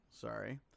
Sorry